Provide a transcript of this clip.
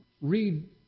Read